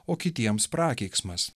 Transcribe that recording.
o kitiems prakeiksmas